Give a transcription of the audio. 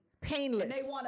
painless